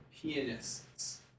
pianists